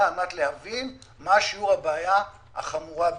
על מנת להבין מה שיעור הבעיה החמורה במיוחד.